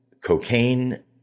cocaine